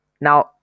Now